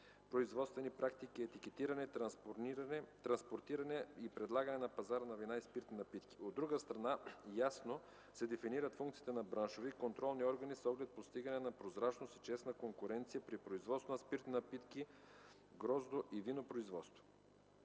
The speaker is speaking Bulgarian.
производствени практики, етикетиране, транспортиране и предлагане на пазара на вина и спиртни напитки. От друга страна ясно се дефинират функциите на браншови и контролни органи с оглед постигане на прозрачност и честна конкуренция при производство на спиртни напитки, гроздо- и винопроизводство.